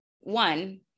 one